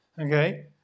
okay